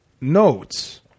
notes